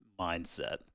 mindset